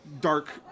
dark